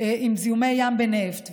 להתמודד עם זיהומי ים בנפט,